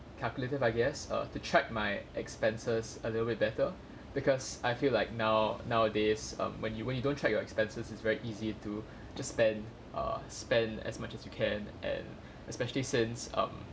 calculative I guess uh to check my expenses a little bit better because I feel like now nowadays um when you when you don't check your expenses is very easy to just spend err spend as much as you can and especially since um